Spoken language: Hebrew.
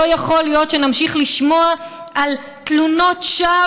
לא יכול להיות שנמשיך לשמוע על תלונות שווא